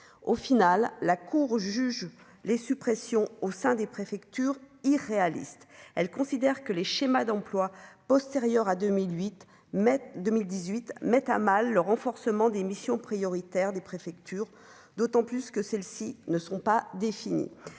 au final la Cour juge les suppressions au sein des préfectures irréalistes, elle considère que les schémas d'emplois postérieurs à 2008 mai 2018 mettre à mal le renforcement des missions prioritaires des préfectures d'autant plus que celles-ci ne sont pas définis,